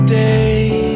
day